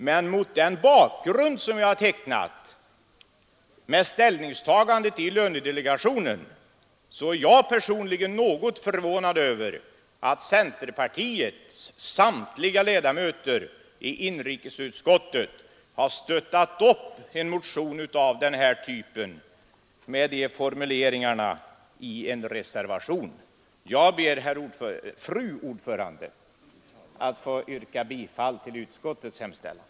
Men mot den bakgrund som jag har tecknat, med ställningstagandet i lönedelegationen, är jag personligen något förvånad över att centerpartiets samtliga ledamöter i inrikesutskottet har stöttat upp en motion, med sådana här formuleringar, genom en reservation. Jag ber, fru talman, att få yrka bifall till utskottets hemställan.